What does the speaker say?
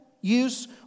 use